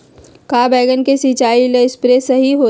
का बैगन के सिचाई ला सप्रे सही होई?